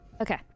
Okay